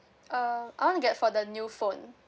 um I want to get for the new phone